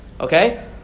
Okay